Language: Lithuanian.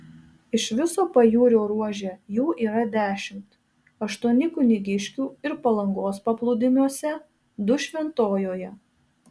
iš viso pajūrio ruože jų yra dešimt aštuoni kunigiškių ir palangos paplūdimiuose du šventojoje